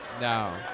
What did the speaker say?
No